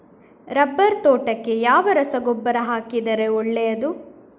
Rubber ತೋಟಕ್ಕೆ ಯಾವ ರಸಗೊಬ್ಬರ ಹಾಕಿದರೆ ಒಳ್ಳೆಯದು?